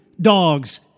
dogs